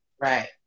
right